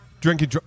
drinking